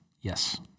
Yes